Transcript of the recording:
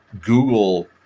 google